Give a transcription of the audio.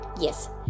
Yes